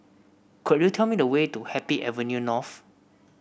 could you tell me the way to Happy Avenue North